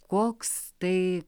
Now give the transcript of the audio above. koks tai